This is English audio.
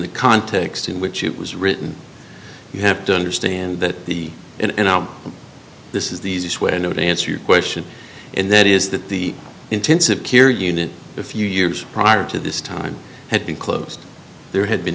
the context in which it was written you have to understand that he and i this is the easiest way i know to answer your question and that is that the intensive care unit a few years prior to this time had been closed there had been